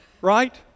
Right